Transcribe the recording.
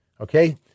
okay